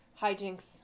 hijinks